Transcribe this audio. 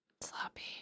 Sloppy